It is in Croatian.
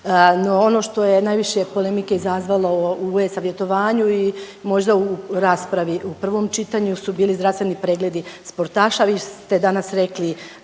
ono što je najviše polemike izazvalo u e-Savjetovanju i možda u raspravi u prvom čitanju su bili zdravstveni pregledi sportaša. Vi ste danas rekli